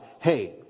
hey